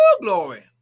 glory